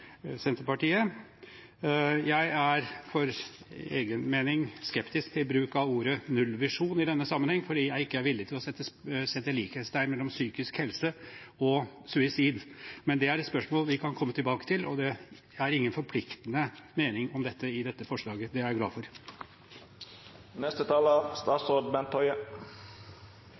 Senterpartiet. Jeg er for egen del skeptisk til bruk av ordet «nullvisjon» i denne sammenheng, fordi jeg ikke er villig til å sette likhetstegn mellom psykisk helse og suicid. Men det er et spørsmål vi kan komme tilbake til, og det er ingen forpliktende mening om dette i dette forslaget. Det er jeg glad for.